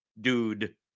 dude